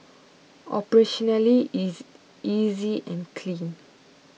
operationally it's easy and clean